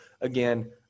again